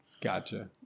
Gotcha